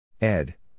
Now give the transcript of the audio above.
Ed